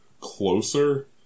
closer